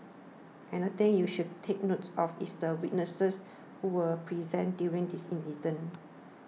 another thing you should take notes of is the witnesses who were present during the incident